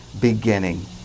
beginning